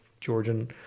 Georgian